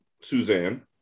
Suzanne